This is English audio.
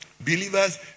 Believers